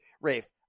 Rafe